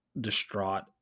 distraught